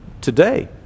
today